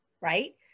right